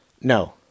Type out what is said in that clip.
No